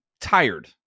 tired